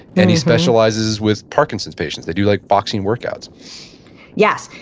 and he specializes with parkinson's patients. they do like boxing workouts yes.